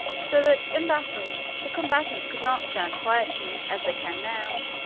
so that in battle the combatants could not stand quietly, as they can now,